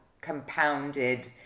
compounded